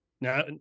now